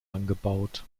angebaut